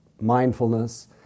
mindfulness